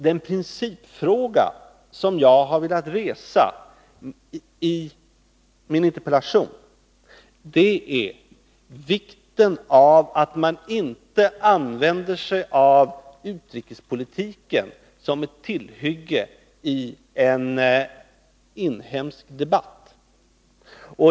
Den principfråga som jag har velat resa i min interpellation gäller vikten av att man inte använder utrikespolitiken som ett tillhygge i en inhemsk debatt.